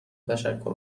تشکر